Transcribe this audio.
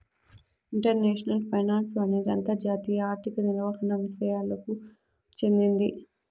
international finance అనేది అంతర్జాతీయ ఆర్థిక నిర్వహణ విసయాలకు చెందింది